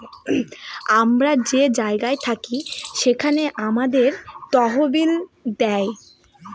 আমরা যে জায়গায় থাকি সেখানে আমাদের তহবিল দেয়